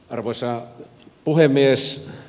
arvoisa puhemies